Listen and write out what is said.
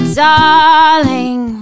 darling